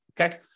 Okay